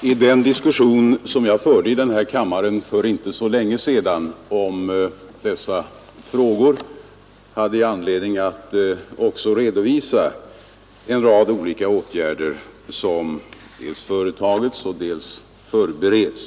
Herr talman! I den diskussion som jag förde i denna kammare för inte så länge sedan om dessa frågor hade jag anledning att också redovisa en rad olika åtgärder som dels företagits, dels förbereds.